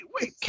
wait